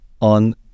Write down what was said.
on